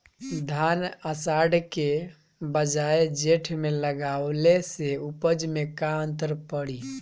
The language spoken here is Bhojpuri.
धान आषाढ़ के बजाय जेठ में लगावले से उपज में का अन्तर पड़ी?